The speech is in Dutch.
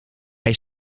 hij